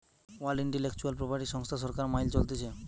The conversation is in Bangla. ওয়ার্ল্ড ইন্টেলেকচুয়াল প্রপার্টি সংস্থা সরকার মাইল চলতিছে